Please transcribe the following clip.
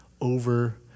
over